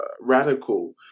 radical